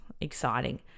exciting